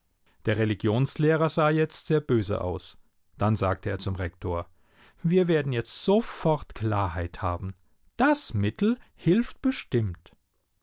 der religionslehrer sah jetzt sehr böse aus dann sagte er zum rektor wir werden jetzt sofort klarheit haben das mittel hilft bestimmt